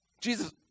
Jesus